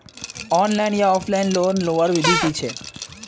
Online या offline loan लुबार विधि की छे?